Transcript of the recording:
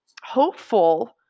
hopeful